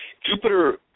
Jupiter